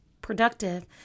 Productive